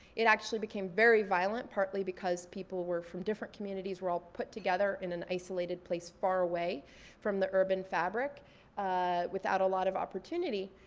it actually became very violent partly because people were from different communities, were all put together in an isolated place far away from the urban fabric without a lot of opportunity.